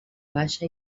baixa